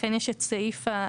לכן יש את הסעיף שמאפשר,